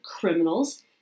criminals